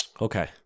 okay